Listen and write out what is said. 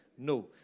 No